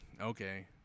okay